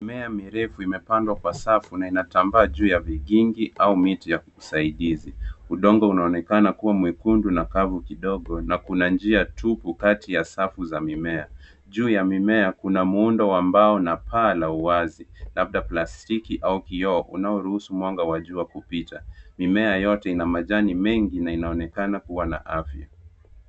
Mimea mirefu imepandwa kwa safu na inatambaa juu ya vigingi au miti ya usaidizi. Udongo unaonekana kuwa mwekundu na kavu kidogo na kuna njia tupu kati ya safu za mimea. Juu ya mimea kuna muundo wa mbao na paa la uwazi, labda plastiki au kioo unaoruhusu mwanga wa jua kupita. Mimea yote ina majani mengi na inaonekana kuwa na afya.